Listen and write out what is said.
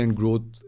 growth